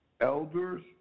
Elders